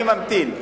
אני ממתין.